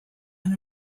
and